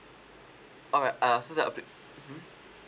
alright uh so that uh mmhmm